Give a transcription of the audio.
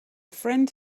friend